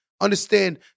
Understand